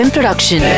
Production